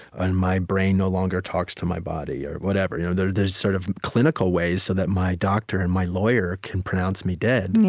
and my brain no longer talks to my body, or whatever. you know there are sort of clinical ways so that my doctor and my lawyer can pronounce me dead, yeah